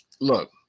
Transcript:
look